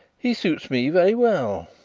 he suits me very well.